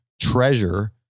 treasure